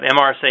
MRSA